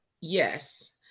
yes